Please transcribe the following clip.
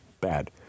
Bad